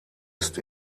ist